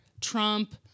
Trump